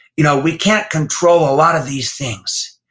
you know we can't control a lot of these things,